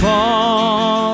Fall